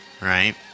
Right